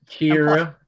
Kira